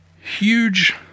huge